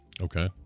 Okay